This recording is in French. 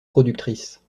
productrice